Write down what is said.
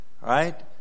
right